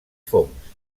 fongs